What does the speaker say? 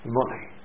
money